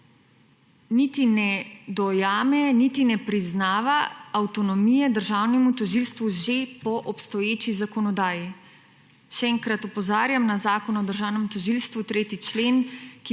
niti ne dojame, niti ne priznava avtonomije državnemu tožilstvu že po obstoječi zakonodaji. Še enkrat opozarjam na zakon o državnem tožilstvu, 3. člen,